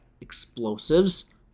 explosives